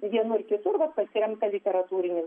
vienur kitur vat pasiremta literatūriniu